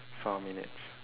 four minutes